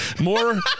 More